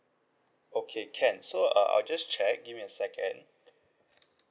okay can so uh I'll just check give me a second